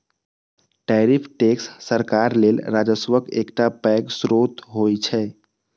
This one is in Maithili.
टैरिफ टैक्स सरकार लेल राजस्वक एकटा पैघ स्रोत होइ छै